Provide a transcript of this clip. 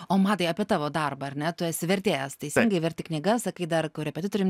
o matai apie tavo darbą ar ne tu esi vertėjas teisingai verti knygas sakai dar korepetitorium